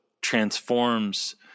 transforms